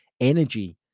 energy